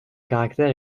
caractère